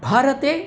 भारते